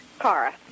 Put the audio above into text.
Kara